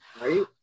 Right